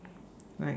right